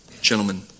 gentlemen